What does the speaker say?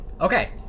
Okay